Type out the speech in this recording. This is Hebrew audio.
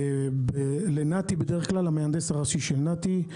לנת"י, למהנדס הראשי של נת"י.